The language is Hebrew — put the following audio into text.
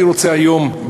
אני רוצה היום,